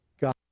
God